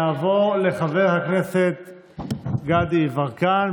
נעבור לחבר הכנסת גדי יברקן,